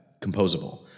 composable